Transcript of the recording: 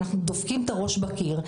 אנחנו דופקים את הראש בקיר.